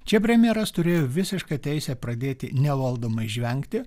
čia premjeras turėjo visišką teisę pradėti nevaldomai žvengti